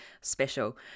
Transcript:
special